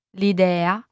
l'idea